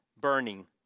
burning